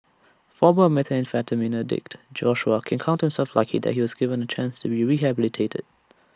former methamphetamine addict Joshua can count himself lucky that he was given A chance to be rehabilitated